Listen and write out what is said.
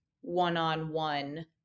one-on-one